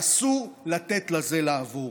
ואסור לתת לזה לעבור.